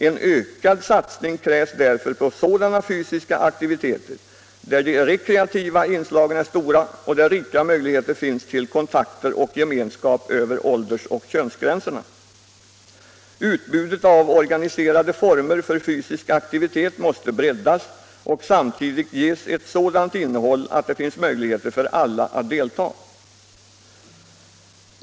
En ökad satsning krävs därför på sådana fysiska aktiviteter där de rekreativa inslagen är stora och där rika möjligheter finns till kontakter och gemenskap över åldersoch könsgränserna. Utbudet av organiserade former för fysisk aktivitet måste breddas och samtidigt ges ett sådant innehåll att det finns möjlighet för alla att delta.